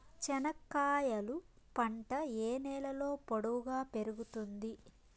చెనక్కాయలు పంట ఏ నేలలో పొడువుగా పెరుగుతుంది?